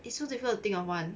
it's so difficult think of one